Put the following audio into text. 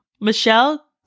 Michelle